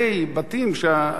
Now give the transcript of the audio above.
כך אני הבנתי,